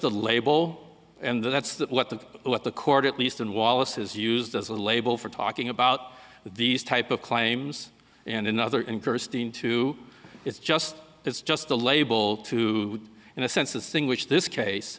a label and that's that what the what the court at least in wallace is used as a label for talking about these type of claims and another in christine two it's just it's just a label to in a sense the thing which this case